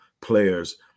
players